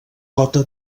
cota